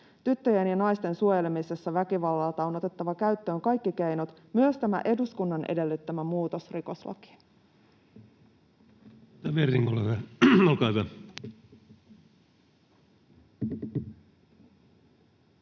Tyttöjen ja naisten suojelemisessa väkivallalta on otettava käyttöön kaikki keinot, myös tämä eduskunnan edellyttämä muutos rikoslakiin.